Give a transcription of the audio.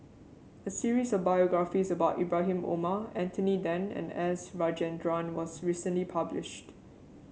a series of biographies about Ibrahim Omar Anthony Then and S Rajendran was recently published